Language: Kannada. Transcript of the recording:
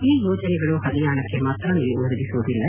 ಈ ಯೋಜನೆಗಳು ಹರಿಯಾಣಕ್ಕೆ ಮಾತ್ರ ನೀರು ಒದಗಿಸುವುದಿಲ್ಲ